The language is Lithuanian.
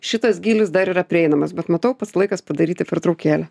šitas gylis dar yra prieinamas bet matau pats laikas padaryti pertraukėlę